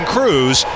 Cruz